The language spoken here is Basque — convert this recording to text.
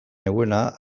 zegoena